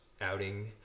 outing